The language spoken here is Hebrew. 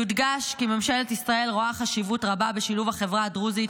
יודגש כי ממשלת ישראל רואה חשיבות רבה בשילוב החברה הדרוזית,